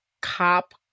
cop